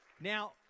Now